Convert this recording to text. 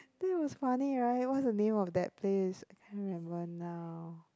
that was funny right what's the name of that place I can't remember now